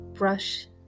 brush